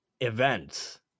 events